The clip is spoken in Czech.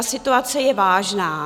Situace je vážná.